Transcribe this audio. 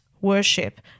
worship